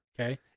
okay